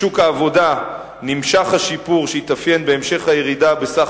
בשוק העבודה נמשך השיפור שהתאפיין בהמשך הירידה בסך